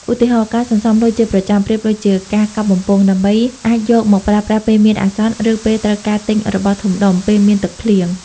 ឧទាហរណ៍ ការសន្សំលុយជាប្រចាំ (ប្រៀបដូចការកាប់បំពង់) ដើម្បីអាចយកមកប្រើប្រាស់ពេលមានអាសន្ន ឬពេលត្រូវការទិញរបស់ធំដុំ (ពេលមានទឹកភ្លៀង)។